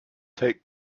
take